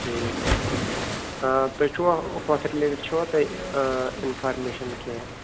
ٹھیٖک چھُ تُہۍ چھُوا ہۄتھ رِلیٹِڈ چھوا تۄہہِ اِنفارمیشَن کیٚنٛہہ